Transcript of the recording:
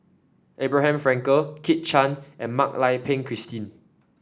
Abraham Frankel Kit Chan and Mak Lai Peng Christine